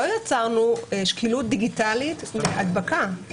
לא יצרנו שקילות דיגיטלית בהדבקה.